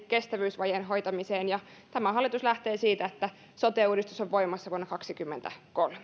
kestävyysvajeen hoitamiseen liittyen ja tämä hallitus lähtee siitä että sote uudistus on voimassa vuonna kaksikymmentäkolme